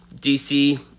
DC